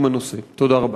לפעולתן.